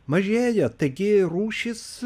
mažėja taigi rūšys